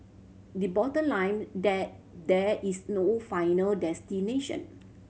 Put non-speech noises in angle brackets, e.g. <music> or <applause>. the bottom <unintelligible> that there is no final destination